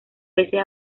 veces